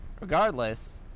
Regardless